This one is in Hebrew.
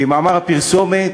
כמאמר הפרסומת,